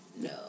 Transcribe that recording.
No